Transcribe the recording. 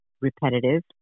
repetitive